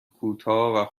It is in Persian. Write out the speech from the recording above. کوتاه